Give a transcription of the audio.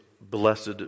blessed